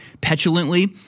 petulantly